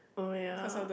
oh ya